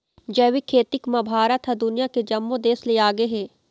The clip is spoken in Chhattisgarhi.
जैविक खेती म भारत ह दुनिया के जम्मो देस ले आगे हे